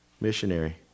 Missionary